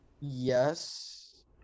Yes